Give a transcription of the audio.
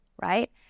right